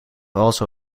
also